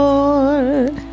Lord